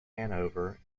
hanover